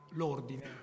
l'ordine